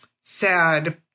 sad